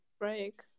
break